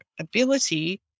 ability